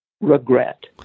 regret